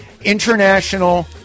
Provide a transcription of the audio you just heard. international